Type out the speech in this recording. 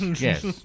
yes